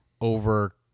over